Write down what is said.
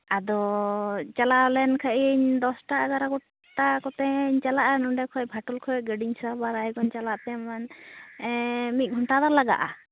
ᱟᱫᱚ ᱪᱟᱞᱟᱣ ᱞᱮᱱ ᱠᱷᱟᱱ ᱤᱧ ᱫᱚᱥ ᱴᱟ ᱮᱜᱟᱨᱚ ᱴᱟ ᱠᱚᱛᱮᱧ ᱪᱟᱞᱟᱜᱼᱟ ᱱᱚᱰᱮ ᱠᱷᱚᱱ ᱵᱷᱟᱴᱩᱞ ᱠᱷᱚᱱ ᱜᱟᱹᱰᱤᱧ ᱥᱟᱵᱟ ᱨᱟᱭᱜᱚᱧᱡᱽ ᱪᱟᱞᱟᱜ ᱛᱮ ᱢᱤᱫ ᱜᱷᱚᱱᱴᱟ ᱫᱚ ᱞᱟᱜᱟᱜᱼᱟ